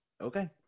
Okay